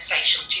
Facial